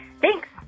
Thanks